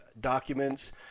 documents